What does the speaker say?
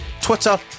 Twitter